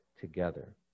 together